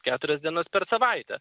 keturias dienas per savaitę